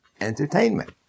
Entertainment